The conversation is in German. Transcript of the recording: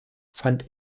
fand